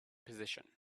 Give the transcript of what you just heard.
position